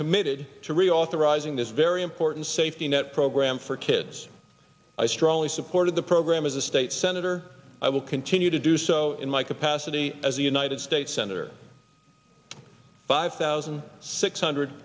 committed to reauthorizing this very important safety net program for kids i strongly support of the program as a state senator i will continue to do so in my capacity as a united states senator five thousand six hundred